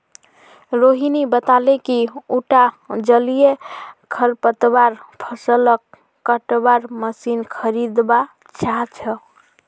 रोहिणी बताले कि उटा जलीय खरपतवार फ़सलक कटवार मशीन खरीदवा चाह छ